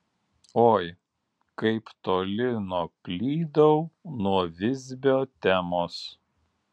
oi kaip toli nuklydau nuo visbio temos